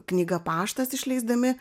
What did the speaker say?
knygą paštas išleisdami